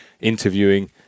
interviewing